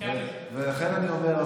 ולכן אני אומר,